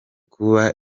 kuba